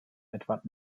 edward